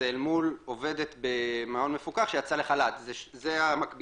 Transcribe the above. זה אל מול עובדת במעון מפוקח שיצאה לחל"ת זה המקבילה.